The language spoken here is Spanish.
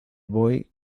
boy